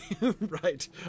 right